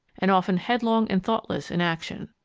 and often headlong and thoughtless in action.